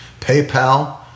PayPal